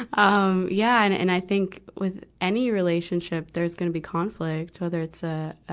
um yeah. and, and i think, with any relationship, there's gonna be conflict, whether it's a,